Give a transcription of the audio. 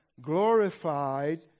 glorified